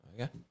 Okay